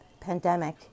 pandemic